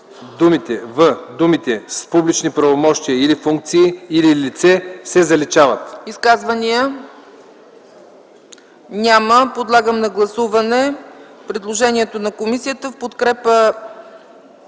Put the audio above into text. думите „с публични правомощия или функции или лице” се заличават.